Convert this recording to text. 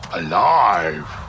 alive